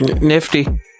nifty